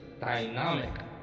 dynamic